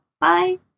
Bye